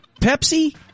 Pepsi